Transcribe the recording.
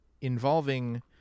involving